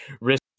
risk